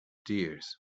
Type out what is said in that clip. tears